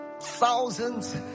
thousands